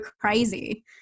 crazy